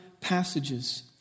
passages